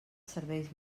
serveis